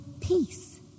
peace